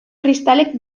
kristalek